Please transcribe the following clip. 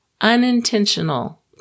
unintentional